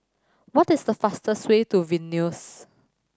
what is the fastest way to Vilnius